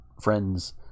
friends